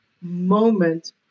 moment